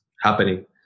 happening